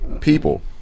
people